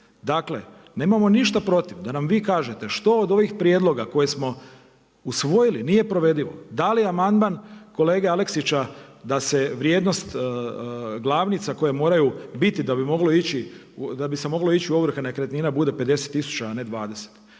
Dakle nemamo ništa protiv da nam vi kažete što od ovih prijedloga koje smo usvojili nije provedivo, da li amandman kolege Aleksića da se vrijednost glavnica koje moraju biti da bi se moglo ići u ovrhe nekretnina bude 50 tisuća, a ne 20,